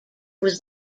was